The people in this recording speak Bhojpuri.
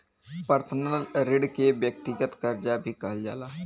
पर्सनल ऋण के व्यक्तिगत करजा भी कहल जाला